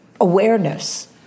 awareness